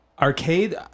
arcade